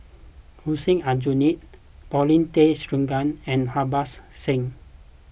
Hussein Aljunied Paulin Tay Straughan and Harbans Singh